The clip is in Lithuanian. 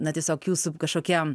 na tiesiog jūsų kažkokie